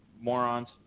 morons